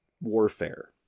warfare